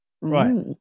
Right